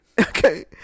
Okay